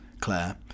Claire